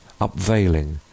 upveiling